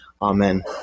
Amen